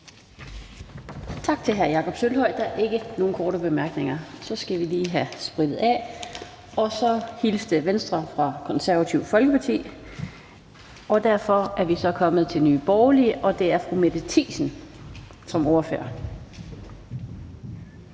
Tak til hr. Jakob Sølvhøj. Der er ikke nogen korte bemærkninger. Så skal vi lige have sprittet af. Så hilste Venstre fra Det Konservative Folkeparti, og derfor er vi kommet til Nye Borgerlige, og det er fru Mette Thiesen som ordfører.